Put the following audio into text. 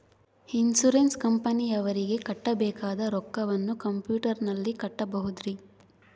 Insurance ಕಂಪನಿಯವರಿಗೆ ಕಟ್ಟಬೇಕಾದ ರೊಕ್ಕವನ್ನು ಕಂಪ್ಯೂಟರನಲ್ಲಿ ಕಟ್ಟಬಹುದ್ರಿ?